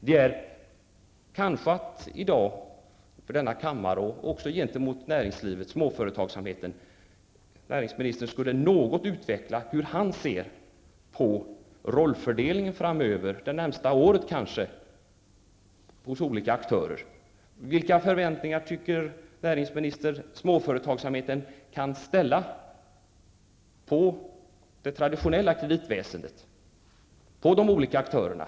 Det vore bra om näringsministern inför denna kammare och gentemot småföretagsamheten något ville utveckla hur han ser på rollfördelningen under det närmaste året mellan olika aktörer. Vilka förväntningar kan småföretagsamheten enligt näringsministerns uppfattning hysa när det gäller det traditionella kreditväsendet och de olika aktörerna?